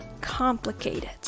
Complicated